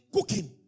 Cooking